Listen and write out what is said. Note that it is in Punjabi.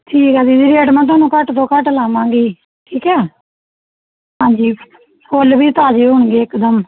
ਠੀਕ ਆ ਦੀਦੀ ਰੇਟ ਮੈਂ ਤੁਹਾਨੂੰ ਘੱਟ ਤੋਂ ਘੱਟ ਲਾਵਾਂਗੀ ਠੀਕ ਹੈ ਹਾਂਜੀ ਫੁੱਲ ਵੀ ਤਾਜ਼ੇ ਹੋਣਗੇ ਇਕਦਮ